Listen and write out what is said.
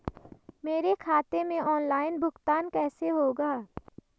मेरे खाते में ऑनलाइन भुगतान कैसे होगा?